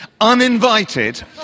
uninvited